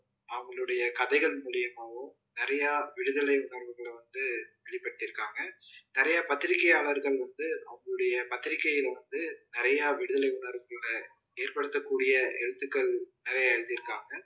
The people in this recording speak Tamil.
அவங்களுடைய கதைகள் மூலிமாவும் நிறையா விடுதலை உணர்வுகளை வந்து வெளிப்படுத்தியிருக்காங்க நிறையா பத்திரிக்கையாளர்கள் வந்து அவங்களுடைய பத்திரிகையில் வந்து நிறையா விடுதலை உணர்வுகளை ஏற்படுத்தக்கூடிய எழுத்துக்கள் நிறையா எழுதியிருக்காங்க